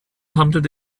handelt